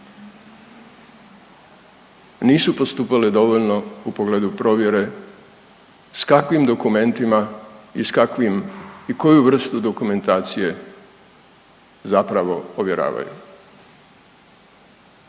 nisu postupale dovoljno u pogledu provjere s kakvim dokumentima i s kakvim i koju vrstu dokumentacije zapravo ovjeravaju.